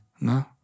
No